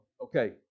Okay